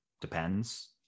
Depends